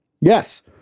Yes